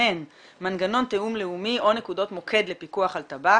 ויממן מנגנון תיאום לאומי או נקודות מוקד לפיקוח על טבק